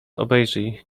obejrzyj